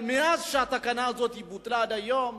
אבל מאז שהתקנה הזאת בוטלה ועד היום